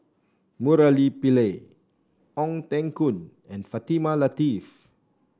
Murali Pillai Ong Teng Koon and Fatimah Lateef